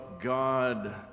God